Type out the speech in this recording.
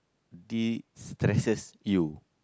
destresses you